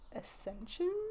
ascension